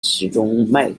集中